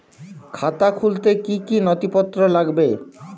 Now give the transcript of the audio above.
খাতা খুলতে কি কি নথিপত্র লাগবে?